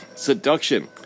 Seduction